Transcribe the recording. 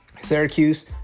Syracuse